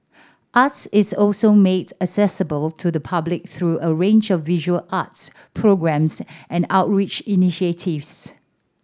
art is also made accessible to the public through a range of visual arts programmes and outreach initiatives